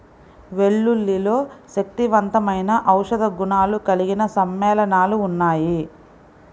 వెల్లుల్లిలో శక్తివంతమైన ఔషధ గుణాలు కలిగిన సమ్మేళనాలు ఉన్నాయి